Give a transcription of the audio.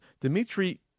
Dmitry